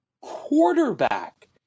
quarterback